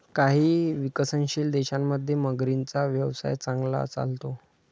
काही विकसनशील देशांमध्ये मगरींचा व्यवसाय चांगला चालतो